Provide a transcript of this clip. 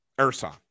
Ursa